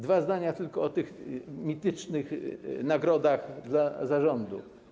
Dwa zdania tylko o tych mitycznych nagrodach dla zarządu.